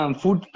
food